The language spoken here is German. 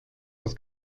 das